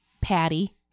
Patty